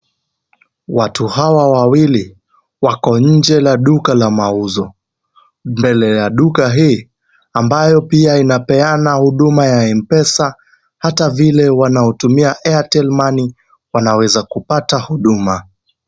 Watu hawa wawili wako nje ya duka la mauzo. Mbele ya duka hii ambayo pia inapeana huduma ya M-Pesa hata vile wanaotumia Airtel Money wanaeza kupata huduma.